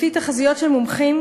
לפי תחזיות של מומחים,